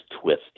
twist